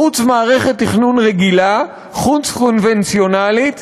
חוץ-מערכת תכנון רגילה, חוץ-קונבנציונלית,